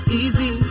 easy